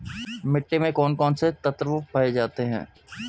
मिट्टी में कौन कौन से तत्व पाए जाते हैं?